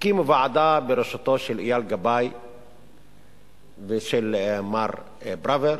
והקימו ועדה בראשותו של אייל גבאי ומר פראוור,